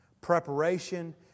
preparation